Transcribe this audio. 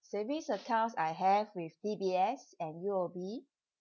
savings accounts I have with D_B_S and U_O_B